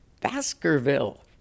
Baskerville